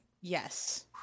Yes